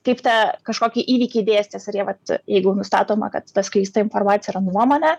kaip tą kažkokį įvykį dėstys ir jie vat jeigu nustatoma kad paskleista informacija yra nuomonė